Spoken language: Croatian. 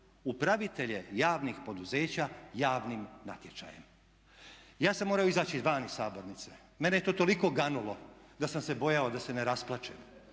upravitelje javnih poduzeća javnim natječajem. Ja sam morao izaći van iz sabornice. Mene je to toliko ganulo da sam se bojao da se ne rasplačem